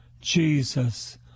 Jesus